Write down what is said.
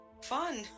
Fun